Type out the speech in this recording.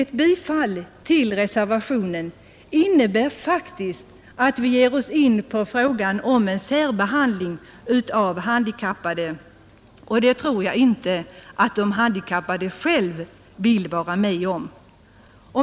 Ett bifall till reservationen skulle faktiskt innebära att vi ger oss in på frågan om en särbehandling av handikappade, och det tror jag inte att de handikappade själva vill vara med om.